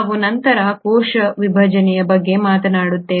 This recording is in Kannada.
ನಾವು ನಂತರ ಕೋಶ ವಿಭಜನೆಯ ಬಗ್ಗೆ ಮಾತನಾಡುತ್ತೇವೆ